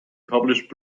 published